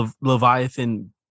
Leviathan